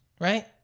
Right